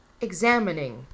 examining